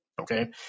Okay